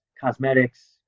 cosmetics